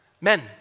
Men